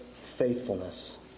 faithfulness